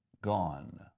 gone